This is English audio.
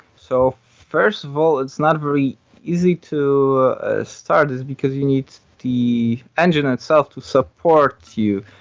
so first of all, it's not very easy to start this because you need the engine itself to support you.